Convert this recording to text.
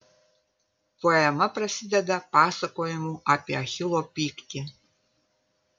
poema prasideda pasakojimu apie achilo pyktį